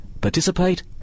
Participate